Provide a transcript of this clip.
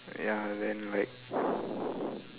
ya then like